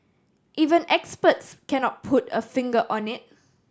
even experts cannot put a finger on it